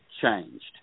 changed